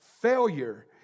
failure